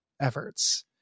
efforts